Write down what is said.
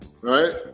right